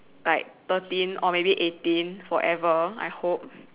like thirteen or maybe eighteen forever I hope